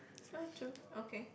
oh true okay